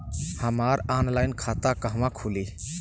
हमार ऑनलाइन खाता कहवा खुली?